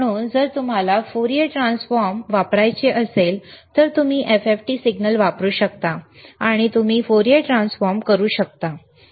म्हणून जर तुम्हाला फूरियर ट्रान्सफॉर्म करायचे असेल तर तुम्ही FFT सिग्नल वापरू शकता आणि तुम्ही फूरियर ट्रान्सफॉर्म करू शकता